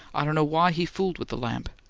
i dunno why he fooled with the lamp.